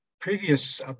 previous